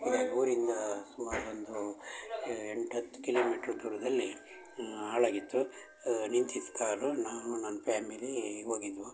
ಇದೆ ಊರಿಂದ ಸುಮಾರು ಒಂದು ಎಂಟು ಹತ್ತು ಕಿಲೋಮೀಟ್ರ್ ದೂರದಲ್ಲಿ ಹಾಳಾಗಿತ್ತು ನಿಂತಿತ್ತು ಕಾರು ನಾನು ನನ್ನ ಫ್ಯಾಮಿಲಿ ಹೋಗಿದ್ವು